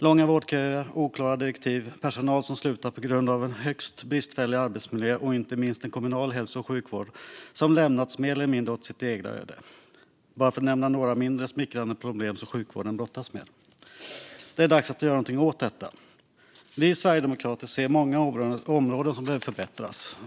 Långa vårdköer, oklara direktiv, personal som slutar på grund av en högst bristfällig arbetsmiljö och inte minst en kommunal hälso och sjukvård som lämnats mer eller mindre åt sitt öde är bara några av alla de mindre smickrande problem sjukvården brottas med. Det är dags att göra någonting åt detta. Vi sverigedemokrater ser många områden som behöver förbättras.